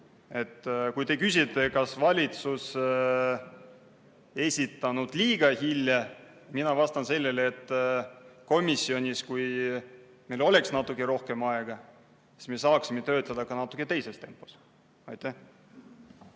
Kui te küsite, kas valitsus esitas [eelnõu] liiga hilja, siis vastan sellele, et kui meil oleks komisjonis natukene rohkem aega, siis me saaksime töötada ka natuke teises tempos. Aitäh